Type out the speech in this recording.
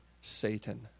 Satan